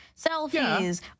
selfies